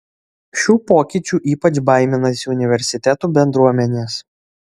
šių pokyčių ypač baiminasi universitetų bendruomenės